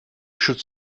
should